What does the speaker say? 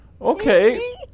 Okay